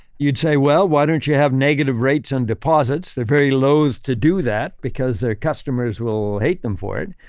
you'd say, well, why don't you have negative rates on deposits. they're very loathe to do that because their customers will hate them for it.